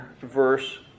verse